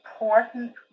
important